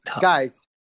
guys